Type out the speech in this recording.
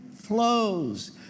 flows